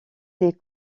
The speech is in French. des